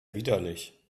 widerlich